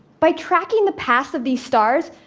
by tracking the paths of these stars,